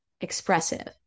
expressive